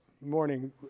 morning